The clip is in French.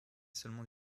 seulement